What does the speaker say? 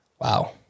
Wow